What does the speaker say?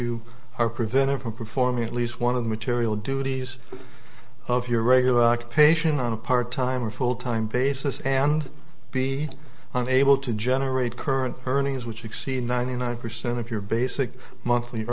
you are prevented from performing at least one of the material duties of your regular occupation on a part time or full time basis and be able to generate current earnings which exceed ninety nine percent of your basic monthly